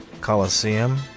Coliseum